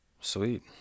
Sweet